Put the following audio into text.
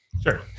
Sure